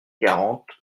quarante